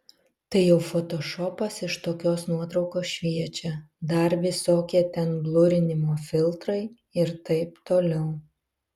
tai jau fotošopas iš tokios nuotraukos šviečia dar visokie ten blurinimo filtrai ir taip toliau